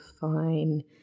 fine